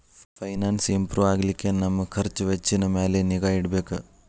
finance improve ಆಗ್ಲಿಕ್ಕೆ ನಮ್ ಖರ್ಛ್ ವೆಚ್ಚಿನ್ ಮ್ಯಾಲೆ ನಿಗಾ ಇಡ್ಬೆಕ್